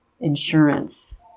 insurance